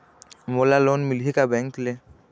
मोला लोन मिलही का बैंक ले?